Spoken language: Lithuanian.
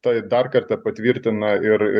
tai dar kartą patvirtina ir